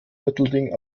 mittelding